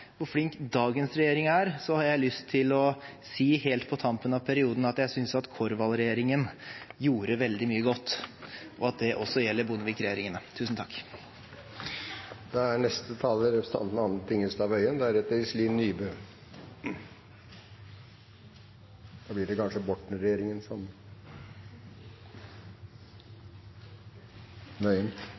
hvor flink den rød-grønne regjeringen var, hvor flink dagens regjering er, har jeg lyst til å si, helt på tampen av perioden, at jeg synes at Korvald-regjeringen gjorde veldig mye godt, og at det også gjelder Bondevik-regjeringene. Jeg skal ikke bidra til å forlenge debatten noe særlig, for det